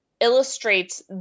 illustrates